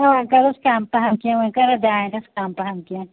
نہَ وۅنۍ کَرُس کَم پہَم کیٚنٛہہ وۅنۍ کَر اتھ دانٮ۪س کَم پہم کیٚنٛہہ